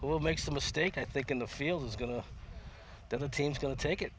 will make the mistake i think in the field is going to the other teams going to take it